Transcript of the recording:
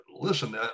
listen